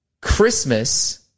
Christmas